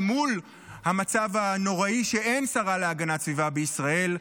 למול המצב הנוראי שאין שרה להגנת הסביבה בישראל,